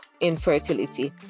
infertility